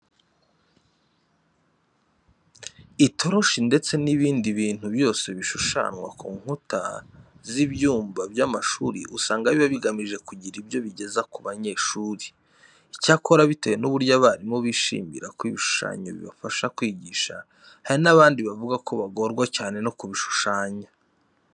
Itoroshi ndetse n'ibindi bintu byose bishushanwa ku nkuta z'ibyumba by'amashuri usanga biba bigamije kugira icyo bigeza ku banyeshuri. Icyakora bitewe n'uburyo abarimu bishimira ko ibi bishushanyo bibafasha kwigisha, hari n'abandi bavuga ko bagorwa cyane no kubishushanya.